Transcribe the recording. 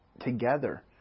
together